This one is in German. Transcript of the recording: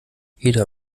jeder